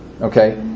Okay